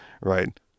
Right